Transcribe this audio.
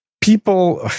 people